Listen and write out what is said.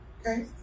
Okay